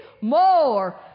more